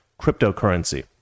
cryptocurrency